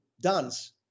dance